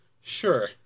Sure